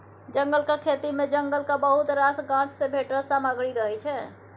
जंगलक खेती मे जंगलक बहुत रास गाछ सँ भेटल सामग्री रहय छै